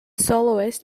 soloist